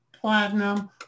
platinum